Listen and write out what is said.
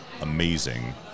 amazing